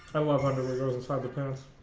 underwear goes inside the pants